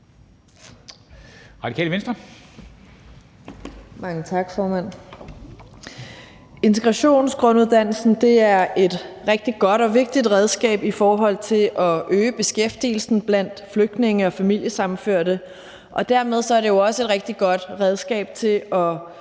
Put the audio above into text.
Integrationsgrunduddannelsen er et rigtig godt og vigtigt redskab i forhold til at øge beskæftigelsen blandt flygtninge og familiesammenførte, og dermed er det også et rigtig godt redskab til at